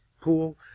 pool